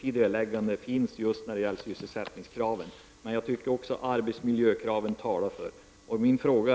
tidigareläggande just med hänsyn till sysselsättningskravet. Men jag anser att också arbetsmiljökraven talar för detta.